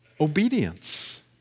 obedience